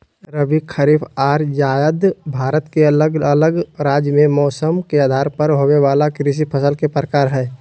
रबी, खरीफ आर जायद भारत के अलग अलग राज्य मे मौसम के आधार पर होवे वला कृषि फसल के प्रकार हय